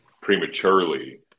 prematurely